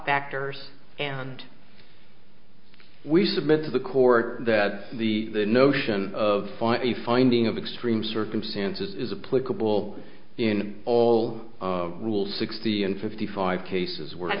factors and we submit to the court that the notion of a finding of extreme circumstances is a political will in all rule sixty in fifty five cases were